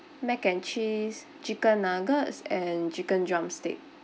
mac and cheese chicken nuggets and chicken drumstick